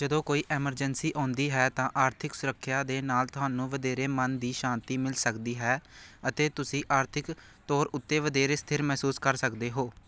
ਜਦੋਂ ਕੋਈ ਐਮਰਜੈਂਸੀ ਆਉਂਦੀ ਹੈ ਤਾਂ ਆਰਥਿਕ ਸੁਰੱਖਿਆ ਦੇ ਨਾਲ਼ ਤੁਹਾਨੂੰ ਵਧੇਰੇ ਮਨ ਦੀ ਸ਼ਾਂਤੀ ਮਿਲ ਸਕਦੀ ਹੈ ਅਤੇ ਤੁਸੀਂ ਆਰਥਿਕ ਤੌਰ ਉੱਤੇ ਵਧੇਰੇ ਸਥਿਰ ਮਹਿਸੂਸ ਕਰ ਸਕਦੇ ਹੋ